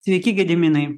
sveiki gediminai